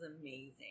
amazing